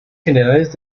generales